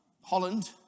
Holland